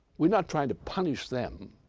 we're not trying to punish them,